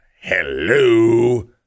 Hello